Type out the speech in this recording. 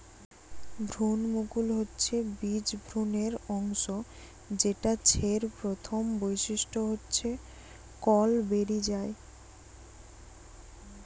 ভ্রূণমুকুল হচ্ছে বীজ ভ্রূণের অংশ যেটা ছের প্রথম বৈশিষ্ট্য হচ্ছে কল বেরি যায়